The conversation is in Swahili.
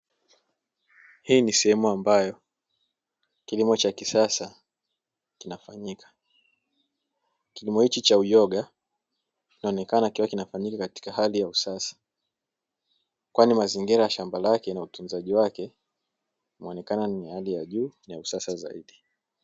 Hii ni sehemu ambayo kilimo cha kisasa kinafanyika. Kilimo hiki cha uyoga kinaonekana kikiwa kinafanyika katika hali ya usasa, kwani mazingira ya shamba lake na utunzaji wake yanaonekana ni hali ya juu na usasa zaidi.